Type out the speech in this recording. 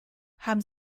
haben